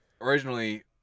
Originally